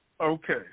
Okay